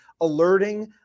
alerting